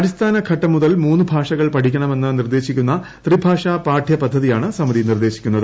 അടിസ്ഥാനഘട്ടം മുതൽ മൂന്ന് ഭാഷകൾ പഠിക്കണമെന്ന് നിർദ്ദേശിക്കുന്ന ത്രിഭാഷ പാഠൃപദ്ധതിയാണ് സമിതി നിർദ്ദേശിക്കുന്നത്